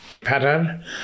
pattern